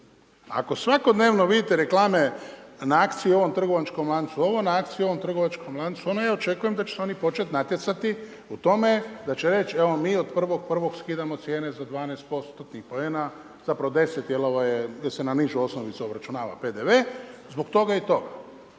Ako svakodnevno vidite reklame na akciju u ovom trgovačkom lancu, ovo na akciji u ovom trgovačkom lancu, onda ja očekujem da će se oni početi natjecati u tome, da će reći, evo, mi od 1.1. skidamo cijene za 12% tih poena, zapravo 10 jer ovo je, jer se …/Govornik se ne razumije./… osnovnica obračunava PDV, zbog toga i toga.